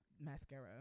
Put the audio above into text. mascara